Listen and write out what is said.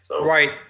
Right